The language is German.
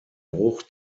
bruch